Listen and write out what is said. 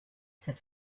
said